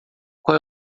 qual